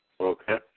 Okay